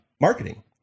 marketing